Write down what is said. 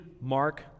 mark